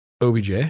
OBJ